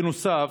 בנוסף,